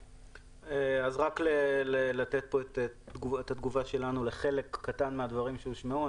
רק לתת פה את התגובה שלנו לחלק קטן מהדברים שנשמעו.